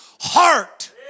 heart